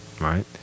right